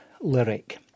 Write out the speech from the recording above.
lyric